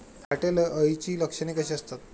घाटे अळीची लक्षणे कशी असतात?